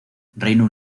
reino